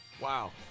wow